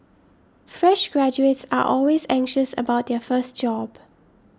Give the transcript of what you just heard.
fresh graduates are always anxious about their first job